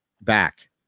back